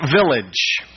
village